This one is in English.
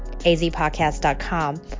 Azpodcast.com